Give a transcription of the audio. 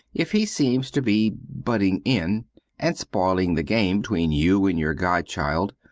if he seems to be butting in and spoiling the game between you and your godchild.